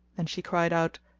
then she cried out,